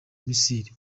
missile